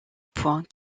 points